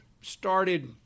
started